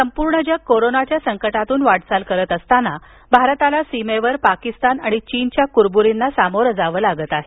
आज संपूर्ण जग कोरोनाच्या संकटातून वाटचाल करत असताना भारताला सीमेवर पाकिस्तान आणि चीनच्या कुरबुरींना सामोरे जावे लागत आहे